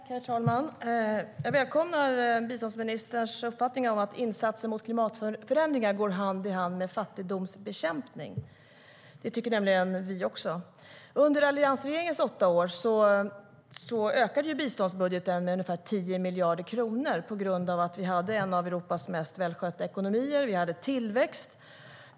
Herr talman! Jag välkomnar biståndsministerns uppfattning att insatser mot klimatförändringar går hand i hand med fattigdomsbekämpning. Det tycker nämligen vi också. Under alliansregeringens åtta år ökade biståndsbudgeten med ungefär 10 miljarder kronor på grund av att vi hade en av Europas mest välskötta ekonomier. Vi hade tillväxt.